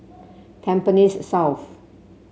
Tampines South